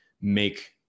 make